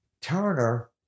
Turner